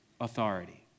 authority